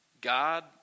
God